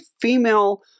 female